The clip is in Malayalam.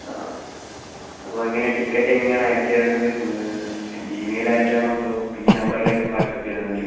ആ അപ്പോൾ എങ്ങനെ ടിക്കറ്റ് എങ്ങനെയാണ് അയച്ചു തരേണ്ടത് ജിമെയിലായിട്ടാണോ അതോ ഈ നമ്പറിലേക്ക് വാട്സ്ആപ്പ് ചെയ്താൽ മതിയോ